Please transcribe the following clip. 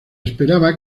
esperaba